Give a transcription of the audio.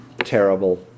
terrible